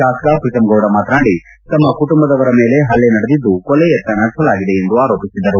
ಶಾಸಕ ಪ್ರೀತಂಗೌಡ ಮಾತನಾಡಿ ತಮ್ಮ ಕುಟುಂಬದವರ ಮೇಲೆ ಹಲ್ಲೆ ನಡೆದಿದ್ದು ಕೊಲೆ ಯತ್ನ ನಡೆಸಲಾಗಿದೆ ಎಂದು ಆರೋಪಿಸಿದರು